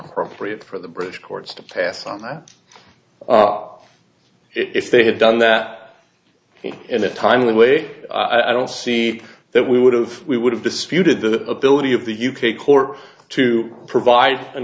appropriate for the british courts to pass on that up if they had done that in a timely way i don't see that we would have we would have disputed the ability of the u k court to provide an